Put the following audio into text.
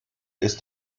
ist